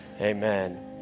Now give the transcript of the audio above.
amen